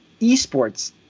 esports